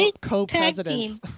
co-presidents